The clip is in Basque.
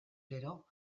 gero